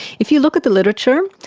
if you look at the literature,